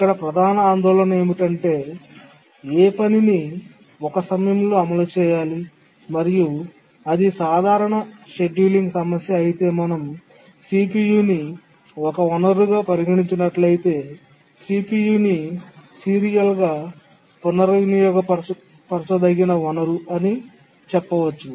ఇక్కడ ప్రధాన ఆందోళన ఏమిటంటే ఏ పనిని ఒక సమయంలో అమలు చేయాలి మరియు అది సాధారణ షెడ్యూలింగ్ సమస్య అయితే మనం CPU ని ఒక వనరుగా పరిగణించినట్లయితే CPU ని సీరియల్గా పునర్వినియోగపరచదగిన వనరు అని చెప్పవచ్చు